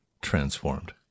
transformed